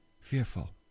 fearful